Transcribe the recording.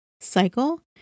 cycle